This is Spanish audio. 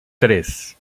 tres